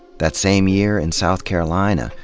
that same year in south carolina,